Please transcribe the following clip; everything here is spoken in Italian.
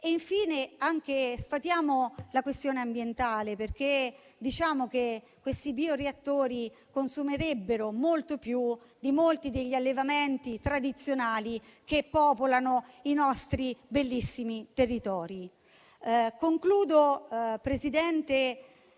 Infine, voglio sfatare la questione ambientale, perché i bioreattori consumerebbero molto più di molti degli allevamenti tradizionali che popolano i nostri bellissimi territori. Concludo, signor